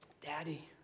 Daddy